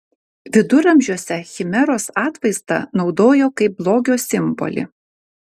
viduramžiuose chimeros atvaizdą naudojo kaip blogio simbolį